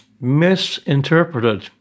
misinterpreted